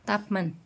तापमान